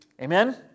Amen